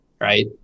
right